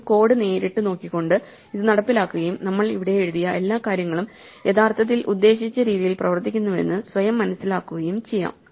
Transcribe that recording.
നമുക്ക് കോഡ് നേരിട്ട് നോക്കിക്കൊണ്ട് അത് നടപ്പിലാക്കുകയും നമ്മൾ ഇവിടെ എഴുതിയ എല്ലാ കാര്യങ്ങളും യഥാർത്ഥത്തിൽ ഉദ്ദേശിച്ച രീതിയിൽ പ്രവർത്തിക്കുന്നുവെന്ന് സ്വയം മനസിലാക്കുകയും ചെയ്യാം